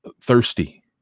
thirsty